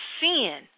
sin